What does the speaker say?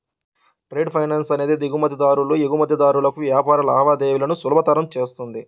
trade finance అనేది దిగుమతిదారులు, ఎగుమతిదారులకు వ్యాపార లావాదేవీలను సులభతరం చేస్తుంది